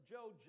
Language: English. Joe